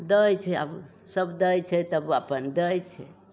दै छै आब सब दै छै तब अपन दै छै